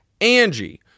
Angie